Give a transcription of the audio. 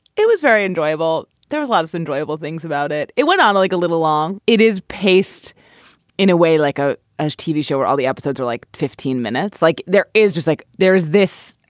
it was very enjoyable there loves enjoyable things about it. it went on like a little long. it is paced in a way like ah a tv show where all the episodes are like fifteen minutes like there is just like there is this.